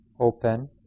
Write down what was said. open